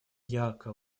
яакко